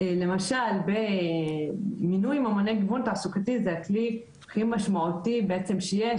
למשל מינוי ממוני גיוון תעסוקתי שזה הכלי הכי משמעותי שיש